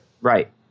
Right